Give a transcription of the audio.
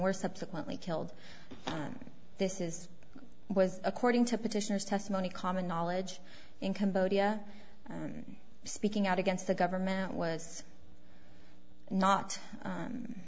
were subsequently killed this is according to petitioners testimony common knowledge in cambodia speaking out against the government was not